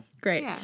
Great